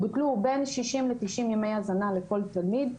ובוטלו בין 60 ל-90 ימי הזנה לכל תלמיד.